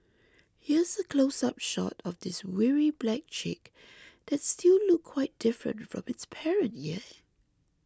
Here's a close up shot of this weary black chick that still looked quite different from its parent yeah